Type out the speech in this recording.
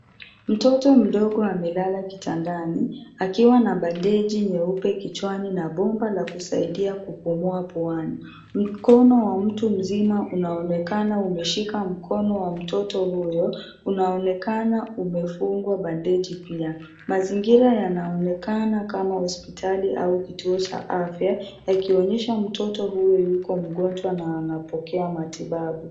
Mtoto mdogo amelala kitandani akiwa na bandeji nyeupe kichwani na bomba la kusaidia kupumua puani, mkono wa mtu mzima unaonekana umeshika mkono wa mtoto huyo unaonekana umefungwa bandeji pia. Mazingira yanaonekana kama hospitali au kituo cha afya yakionyesha mtoto huyo yuko mgonjwa na anapokea matibabu.